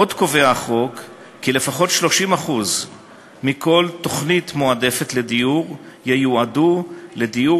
עוד קובע החוק כי לפחות 30% מכל תוכנית מועדפת לדיור ייועדו לדיור